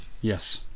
yes